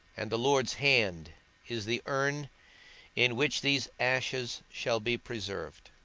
and the lord's hand is the urn in which these ashes shall be preserved.